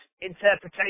interpretation